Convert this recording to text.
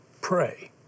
pray